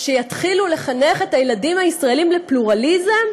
שיתחילו לחנך את הילדים הישראלים לפלורליזם,